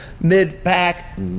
mid-pack